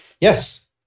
Yes